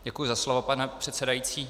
Děkuji za slovo, pane předsedající.